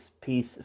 piece